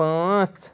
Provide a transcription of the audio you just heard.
پانٛژھ